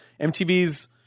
MTV's